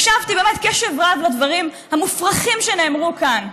הקשבתי באמת בקשב רב לדברים המופרכים שנאמרו כאן.